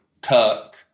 Kirk